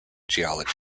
geology